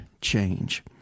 change